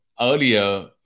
earlier